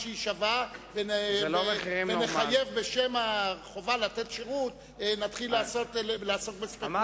שהיא שווה ובשם החובה לתת שירות נתחיל לעסוק בספקולנטים.